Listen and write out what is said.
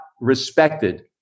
respected